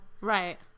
right